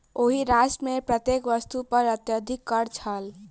ओहि राष्ट्र मे प्रत्येक वस्तु पर अत्यधिक कर छल